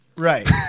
Right